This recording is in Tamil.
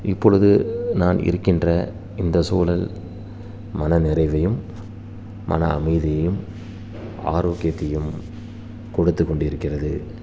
இப்பொழுது நான் இருக்கின்ற இந்த சூழல் மன நிறைவையும் மன அமைதியையும் ஆரோக்கியத்தையும் கொடுத்துக் கொண்டிருக்கிறது